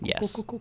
Yes